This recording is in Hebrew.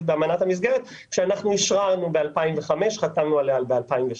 באמנת המסגרת שאנחנו אשרננו ב-2005 וחתמנו עליה ב-2003.